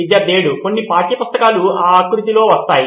విద్యార్థి 7 కొన్ని పాఠ్యపుస్తకాలు ఆ ఆకృతిలో వస్తాయి